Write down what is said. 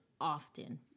often